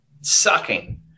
sucking